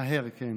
מהר ככל האפשר.